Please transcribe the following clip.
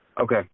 Okay